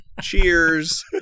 cheers